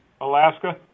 Alaska